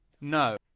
no